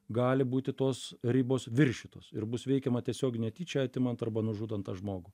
gali būti tos ribos viršytos ir bus veikiama tiesiog netyčia atimant arba nužudant tą žmogų